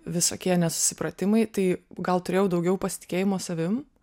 visokie nesusipratimai tai gal turėjau daugiau pasitikėjimo savim